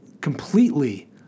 completely